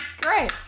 great